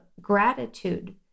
gratitude